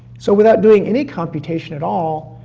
so without doing any computation at all,